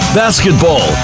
basketball